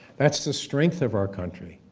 that's the strength of our country.